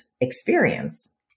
experience